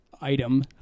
item